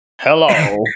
hello